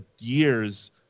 years